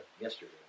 Yesterday